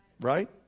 Right